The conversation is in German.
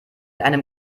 einem